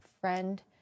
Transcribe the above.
friend